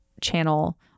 channel